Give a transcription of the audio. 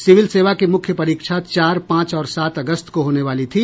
civil सेवा की मुख्य परीक्षा चार पांच और सात अगस्त को होने वाली थी